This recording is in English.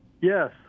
Yes